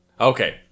Okay